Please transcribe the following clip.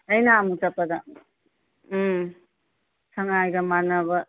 ꯑꯩ ꯅꯍꯥꯟꯃꯨꯛ ꯆꯠꯄꯗ ꯁꯉꯥꯏꯒ ꯃꯥꯟꯅꯕ